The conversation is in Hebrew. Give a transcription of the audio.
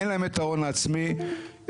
אין להם את ההון העצמי לדירה,